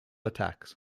attacks